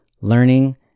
learning